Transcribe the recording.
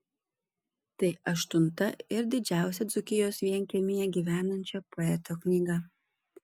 tai aštunta ir didžiausia dzūkijos vienkiemyje gyvenančio poeto knyga